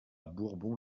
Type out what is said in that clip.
bourbon